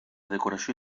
decoració